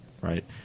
right